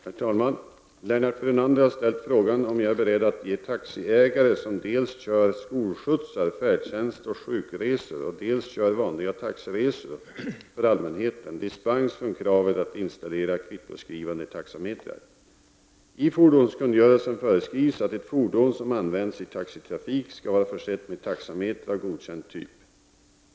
Herr talman! Lennart Brunander har ställt frågan om jag är beredd att ge taxiägare som dels kör skolskjutsar, färdtjänst och sjukresor, dels kör vanliga taxiresor för allmänheten dispens från kravet att installera kvittoskrivande taxametrar. I fordonskungörelsen föreskrivs att ett fordon som används i taxitrafik skall vara försett med taxameter av godkänd typ.